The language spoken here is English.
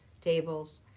tables